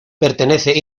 pertenece